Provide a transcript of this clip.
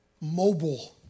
mobile